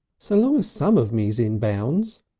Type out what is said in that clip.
so long as some of me's in bounds